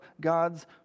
God's